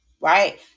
right